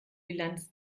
bilanz